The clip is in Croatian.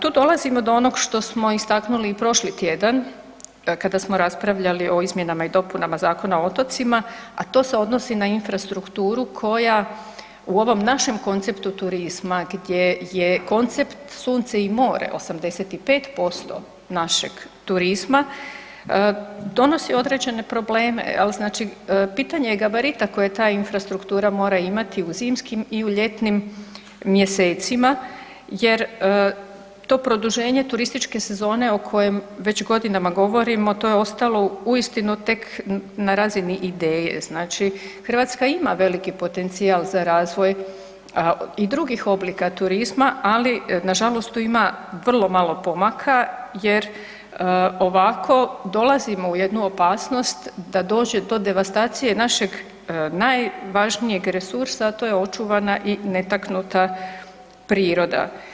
Tu dolazimo do onog što smo istaknuli i prošli tjedan kada smo raspravljali o izmjenama i dopunama Zakona o otocima a to se odnosi na infrastrukturu koja u ovom našem konceptu turizma gdje je koncept sunce i more 85% našeg turizma, donosi određene probleme, jel, znači pitanje je gabarita koje ta infrastruktura mora imati u zimskim i u ljetnim mjesecima jer to produženje turističke sezone o kojem već godinama govorimo, to je ostalo uistinu tek na razini ideje, znači Hrvatska ima veliki potencijal za razvoj i drugih oblika turizma, ali nažalost tu ima vrlo malo pomaka jer ovako dolazimo u jednu opasnost da dođe do devastacije našeg najvažnijeg resursa a to je očuvana i netaknuta priroda.